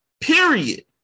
Period